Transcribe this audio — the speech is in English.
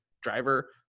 driver